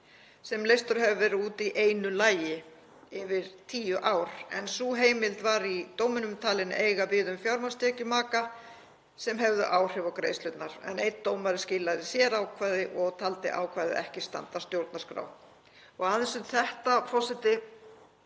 sem leystar hafa verið út í einu lagi, yfir 10 ár, en sú heimild var í dóminum talin eiga við um fjármagnstekjur maka sem hefðu áhrif á greiðslurnar. Einn dómari skilaði sératkvæði og taldi ákvæðið ekki standast stjórnarskrá. Aðeins um þetta, forseti.